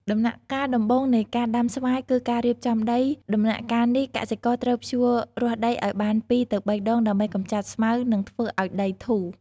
ដំណាក់កាលដំបូងនៃការដាំស្វាយ គឺការរៀបចំដី ដំណាក់កាលនេះកសិករត្រូវភ្ជួររាស់ដីឲ្យបានពីរទៅបីដង ដើម្បីកម្ចាត់ស្មៅ និងធ្វើឲ្យដីធូរ។